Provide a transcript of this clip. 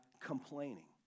complaining